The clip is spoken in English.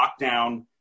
lockdown